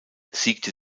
siegte